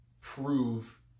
prove